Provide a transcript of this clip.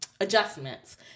adjustments